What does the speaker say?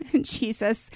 Jesus